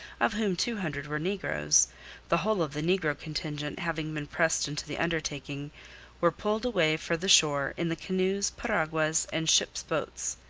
of whom two hundred were negroes the whole of the negro contingent having been pressed into the undertaking were pulled away for the shore in the canoes, piraguas, and ships' boats.